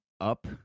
up